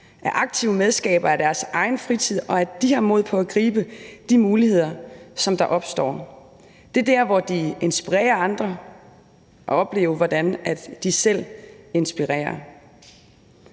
er aktive medskabere af deres egen fritid, og at de har mod på at gribe de muligheder, der opstår. Det er der, hvor de inspireres af andre og oplever, hvordan de selv inspirerer.